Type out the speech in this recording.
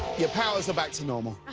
your powers are back to normal.